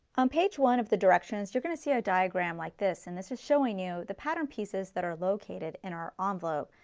on page one of the directions you're going to see a diagram like this and this is showing you the pattern pieces that are located in our envelope.